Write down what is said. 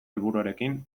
helburuarekin